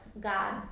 God